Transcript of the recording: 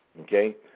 okay